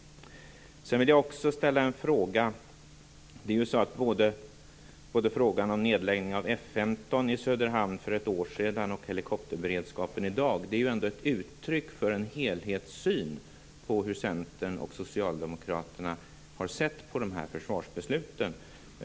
Jag vill också ställa en annan fråga. Både frågan om nedläggning av F 15 i Söderhamn för ett år sedan och frågan om helikopterberedskapen i dag är uttryck för en helhetssyn hos Centern och Socialdemokraterna på försvarsbesluten.